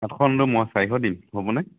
আঠশ নিদিওঁ মই চাৰিশ দিম হ'বনে